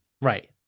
Right